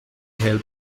hell